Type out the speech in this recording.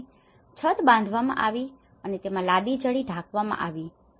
તેથી છત બાંધવામાં આવી હતી અને તેમાં લાદી જડીને ઢાંકવામા આવી હતી